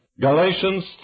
Galatians